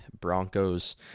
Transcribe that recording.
Broncos